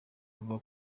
uvuga